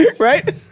Right